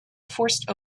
forced